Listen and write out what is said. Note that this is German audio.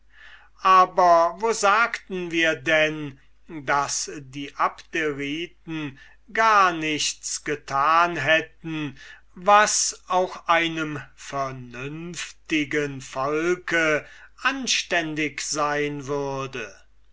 aber wo sagten wir denn daß die abderiten gar nichts getan hätten was auch einem vernünftigen volke anständig sein würde